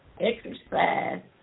exercise